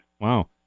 Wow